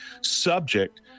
subject